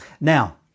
Now